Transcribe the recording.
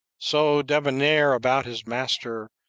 so debonair about his master,